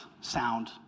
sound